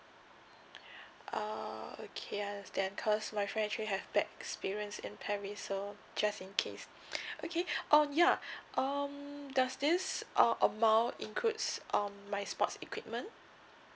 oh okay I understand because my friend actually have bad experience in paris so just in case okay oh ya um does this uh amount includes um my sports equipment